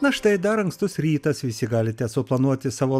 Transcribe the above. na štai dar ankstus rytas visi galite suplanuoti savo